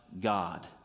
God